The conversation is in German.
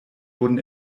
wurden